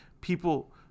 people